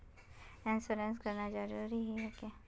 Insurance कराना जरूरी ही है की?